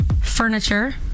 Furniture